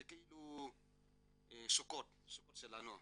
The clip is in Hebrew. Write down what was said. זה כאילו סוכות שלנו.